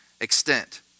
extent